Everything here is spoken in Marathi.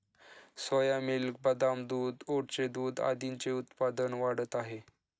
सोया मिल्क, बदाम दूध, ओटचे दूध आदींचे उत्पादन वाढत आहे